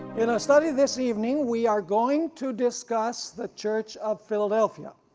in our study this evening we are going to discuss the church of philadelphia